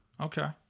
Okay